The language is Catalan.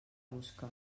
busca